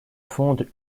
fonde